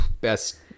best